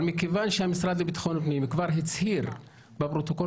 אבל מכיוון שהמשרד לביטחון פנים כבר הצהיר בפרוטוקול